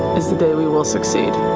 is the day we will succeed.